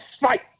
fight